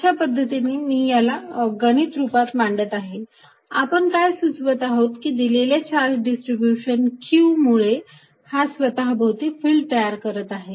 अशा पद्धतीने मी याला गणित रुपात मांडत आहे आपण काय सुचवत आहोत की दिलेल्या चार्ज डिस्ट्रीब्यूशन q मुळे हा स्वतः भोवती फिल्ड तयार करत आहे